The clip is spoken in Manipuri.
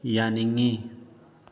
ꯌꯥꯅꯤꯡꯏ